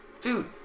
Dude